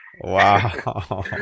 Wow